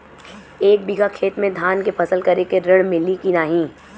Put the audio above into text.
एक बिघा खेत मे धान के फसल करे के ऋण मिली की नाही?